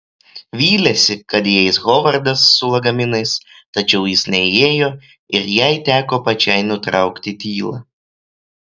vylėsi kad įeis hovardas su lagaminais tačiau jis neįėjo ir jai teko pačiai nutraukti tylą